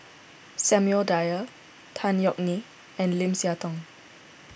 Samuel Dyer Tan Yeok Nee and Lim Siah Tong